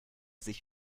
sich